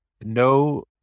no